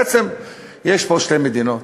בעצם יש פה שתי מדינות,